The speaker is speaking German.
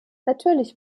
natürlich